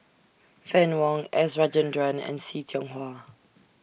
Fann Wong S Rajendran and See Tiong Wah